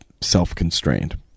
self-constrained